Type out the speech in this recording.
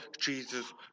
Jesus